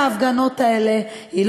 עו"ד גורדון, מה קרה?